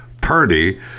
Purdy